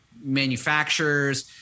manufacturers